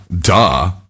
duh